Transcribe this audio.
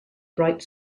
bright